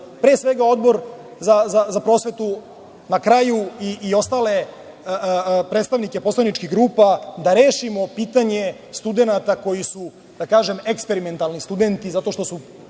pre svega Odbor za prosvetu, na kraju i ostale predstavnike poslaničkih grupa, da rešimo pitanje studenata koji su da kažem, eksperimentalni studenti zato što su